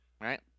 right